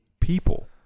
people